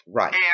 Right